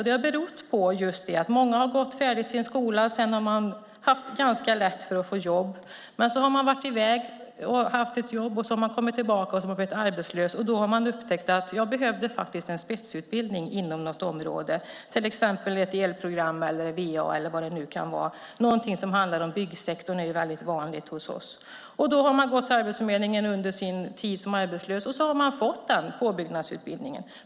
Det har berott på att många har gått färdigt sin skola och sedan haft ganska lätt att få jobb. De har varit i väg och haft ett jobb och sedan kommit tillbaka och varit arbetslösa. De har då upptäckt: Jag behöver en spetsutbildning inom något område. Det kan till exempel vara inom något elprogram, VA eller vad det nu kan vara. Byggsektorn är väldigt vanlig hos oss. De har gått till Arbetsförmedlingen under sin tid som arbetslösa och har fått den påbyggnadsutbildningen.